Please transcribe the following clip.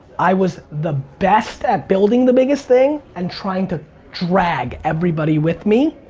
i was the best at building the biggest thing and trying to drag everybody with me,